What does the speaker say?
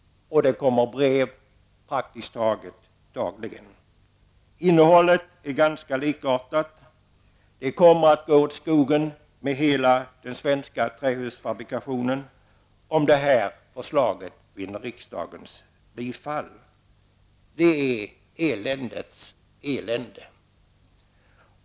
Det kommer brev så gott som dagligen. Innehållet är ganska likartat. Det kommer att gå åt skogen med hela den svenska trähusfabrikationen om det här förslaget vinner riksdagens bifall. Det är eländets elände.